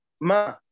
ma